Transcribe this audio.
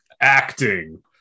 acting